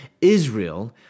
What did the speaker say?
Israel